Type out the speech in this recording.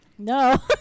No